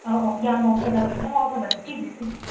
ꯑꯧ ꯑꯧ ꯌꯥꯝꯅ ꯋꯥꯎꯊꯗꯕ ꯈꯤꯇꯪ ꯋꯥꯎꯊꯕꯅꯦ ꯁꯤꯒꯤꯁꯦ ꯁꯤꯒꯤꯁꯦ